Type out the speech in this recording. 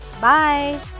Bye